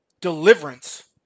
deliverance